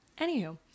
anywho